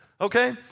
Okay